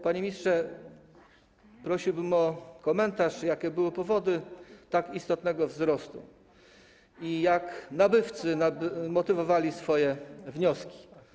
Panie ministrze, prosiłbym o komentarz, jakie były powody tak istotnego wzrostu i jak nabywcy motywowali swoje wnioski.